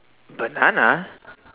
banana